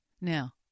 Now